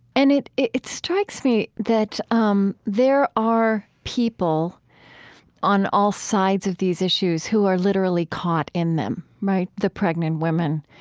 and it it strikes me that um there are people on all sides of these issues who are literally caught in them, the pregnant women,